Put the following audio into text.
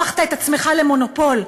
הפכת את עצמך למונופול,